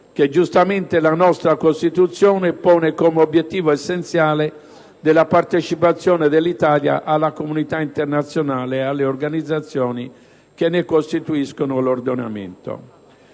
che la nostra Costituzione pone come obiettivo essenziale della partecipazione dell'Italia alla comunità internazionale e alle organizzazioni che ne costituiscono l'ordinamento.